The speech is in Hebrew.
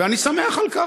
ואני שמח על כך.